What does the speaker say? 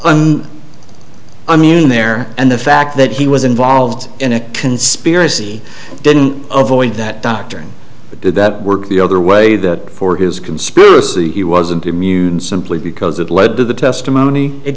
amusing there and the fact that he was involved in a conspiracy didn't avoid that doctor did that work the other way that for his conspiracy he wasn't emu simply because it led to the testimony it